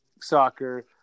soccer